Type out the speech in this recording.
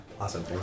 awesome